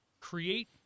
Create